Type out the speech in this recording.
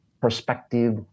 perspective